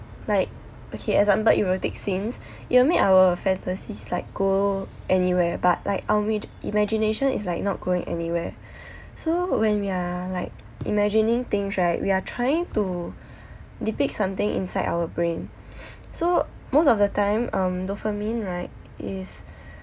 like okay example erotic scenes it'll make our fantasies like go anywhere but like our imagination is like not going anywhere so when we are like imagining things right we are trying to depict something inside our brain so most of the time um dopamine right is